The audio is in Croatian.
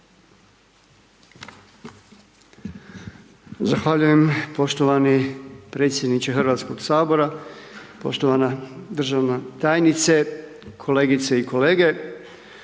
Zahvaljujem poštovani predsjedniče Hrvatskog sabora. Poštovana državna tajnice, kolegice i kolege.